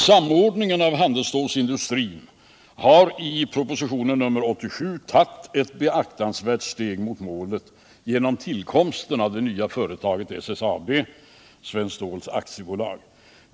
Samordningen av handelsstålsindustrin har i propositionen 87 tagit ett beaktansvärt steg mot målet genom tillkomsten av det nya företaget SSAB, Svenskt Stål AB.